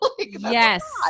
Yes